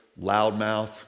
loudmouth